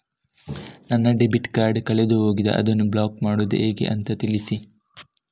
ನನ್ನ debit card ಕಳೆದು ಹೋಗಿದೆ, ಅದನ್ನು ಬ್ಲಾಕ್ ಮಾಡುವುದು ಹೇಗೆ ಅಂತ ತಿಳಿಸಿ?